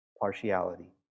partiality